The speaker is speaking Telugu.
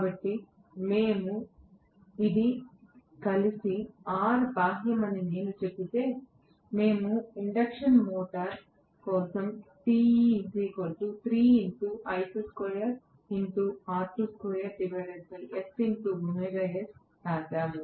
కాబట్టి ఇది కలిసి R బాహ్యమని నేను చెబితే మేము ఇండక్షన్ మోటర్ కోసం వ్రాసాము